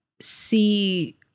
see